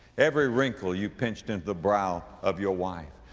every wrinkle you pinched into the brow of your wife.